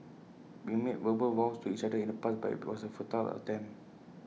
we made verbal vows to each other in the past but IT was A futile attempt